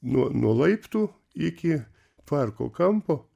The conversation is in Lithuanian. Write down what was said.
nuo nuo laiptų iki parko kampo